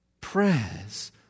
prayers